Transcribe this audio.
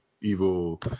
evil